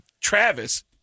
travis